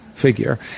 figure